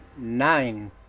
Nine